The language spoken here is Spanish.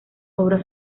obras